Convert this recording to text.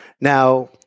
Now